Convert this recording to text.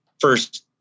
first